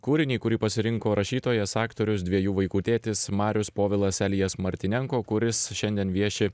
kūrinį kurį pasirinko rašytojas aktorius dviejų vaikų tėtis marius povilas elijas martynenko kuris šiandien vieši